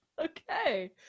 Okay